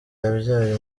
yabyaye